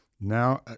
now